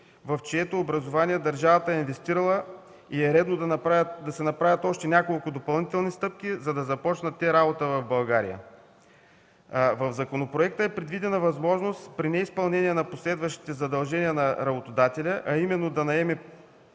в чието образование държавата е инвестирала и е редно да се направят още няколко допълнителни стъпки, за да започнат те работа в България. В законопроекта е предвидена възможност при неизпълнение на последващите задължения на работодателя, а именно да наеме